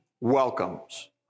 welcomes